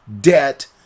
debt